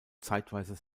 zeitweise